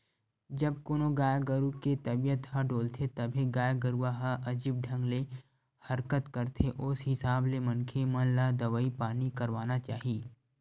जब कोनो गाय गरु के तबीयत ह डोलथे तभे गाय गरुवा ह अजीब ढंग ले हरकत करथे ओ हिसाब ले मनखे मन ल दवई पानी करवाना चाही